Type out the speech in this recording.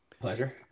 Pleasure